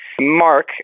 Mark